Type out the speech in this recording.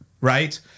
right